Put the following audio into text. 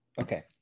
Okay